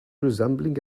resembling